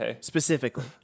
Specifically